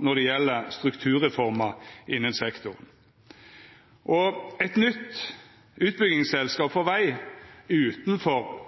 når det gjeld strukturreformer innan sektoren. Eit nytt utbyggingsselskap for veg, utanfor